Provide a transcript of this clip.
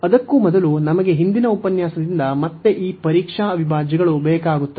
ಅದಕ್ಕೂ ಮೊದಲು ನಮಗೆ ಹಿಂದಿನ ಉಪನ್ಯಾಸದಿಂದ ಮತ್ತೆ ಈ ಮಾದರಿ ಅವಿಭಾಜ್ಯಗಳು ಬೇಕಾಗುತ್ತವೆ